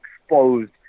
exposed